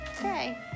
Okay